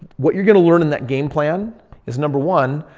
what you're going to learn in that game plan is number one,